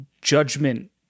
judgment –